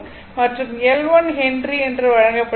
மற்றும் L 1 henry என்று வழங்கப்பட்டுள்ளது